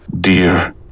Dear